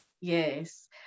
Yes